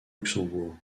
luxembourg